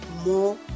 more